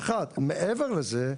מעבר לזה,